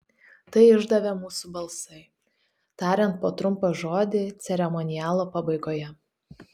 tai išdavė mūsų balsai tariant po trumpą žodį ceremonialo pabaigoje